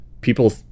people